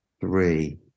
Three